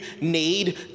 need